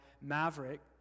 Maverick